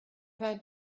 vingt